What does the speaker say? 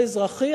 או בשירות אזרחי.